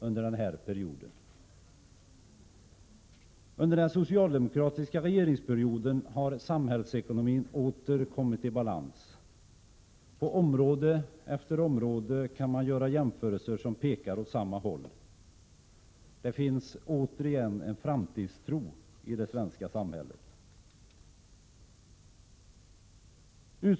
Under den följande socialdemokratiska regeringsperioden har samhällsekonomin åter kommit i balans. På område efter område kan man göra jämförelser som pekar åt samma håll. Det finns återigen en framtidstro i det svenska samhället.